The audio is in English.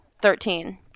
Thirteen